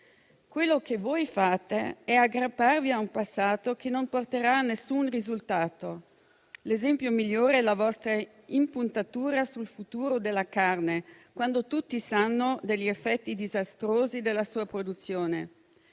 Quello che voi fate è aggrapparvi a un passato che non porterà ad alcun risultato. L'esempio migliore è la vostra impuntatura sul futuro della carne, quando tutti sanno degli effetti disastrosi della sua produzione.